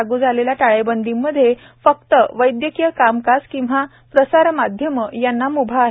लागू झालेल्या टाळेबंदीमध्ये फक्त वैद्यकीय कामकाजकिंवा प्रसारमाध्यमे यांना म्भा आहे